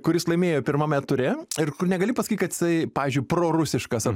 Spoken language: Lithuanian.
kuris laimėjo pirmame ture ir kur negali pasakyt kad jisai pavyzdžiui prorusiškas ar